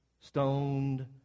stoned